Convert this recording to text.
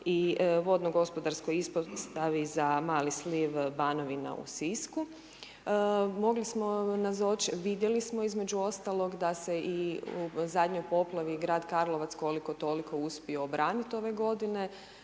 se ne razumije./… stavi za mali sliv Banovina u Sisku. Mogli smo, vidjeli smo između ostalog da se i na zadnjoj poplavi, grad Karlovac, koliko toliko uspije obraniti ove g. jer